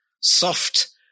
Soft